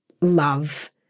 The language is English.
love